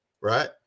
right